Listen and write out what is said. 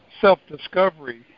self-discovery